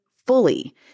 fully